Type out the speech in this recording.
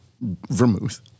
vermouth